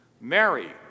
Mary